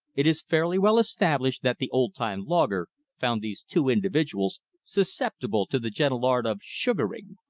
it is fairly well established that the old-time logger found these two individuals susceptible to the gentle art of sugaring.